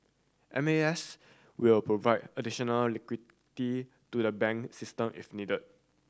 M A S will provide additional liquidity to the bank system if needed